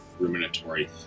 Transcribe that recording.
ruminatory